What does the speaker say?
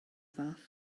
fath